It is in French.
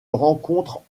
rencontre